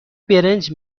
برنج